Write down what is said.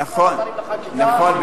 נכון,